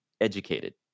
educated